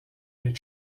les